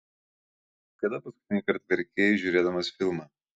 kada paskutinį kartą verkei žiūrėdamas filmą